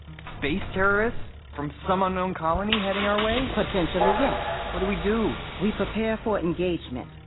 space-terrorists from some unknown colony, heading our way? potentially, yes what do we do? we prepare for engagement.